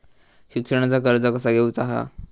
शिक्षणाचा कर्ज कसा घेऊचा हा?